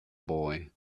boy